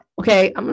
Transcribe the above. Okay